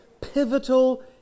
pivotal